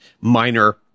minor